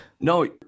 No